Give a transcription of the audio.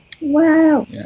Wow